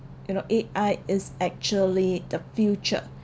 you know A_I is actually the future